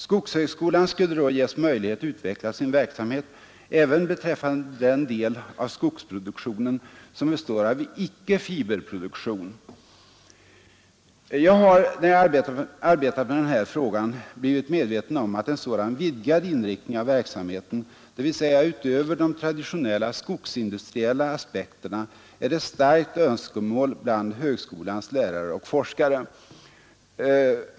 Skogshögskolan skulle då ges möjlighet utveckla sin verksamhet även beträffande den del av skogsproduktionen som består av icke-fiberproduktion. När jag arbetat med den här frågan, har jag blivit medveten om att en sådan vidgad inriktning av verksamheten, dvs. utöver de traditionella skogsindustriella aspekterna, är ett starkt önskemål bland högskolans lärare och forskare.